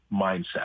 mindset